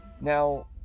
Now